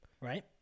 right